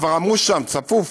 כבר אמרו שם: צפוף.